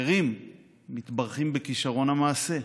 אחרים מתברכים בכישרון המעשה,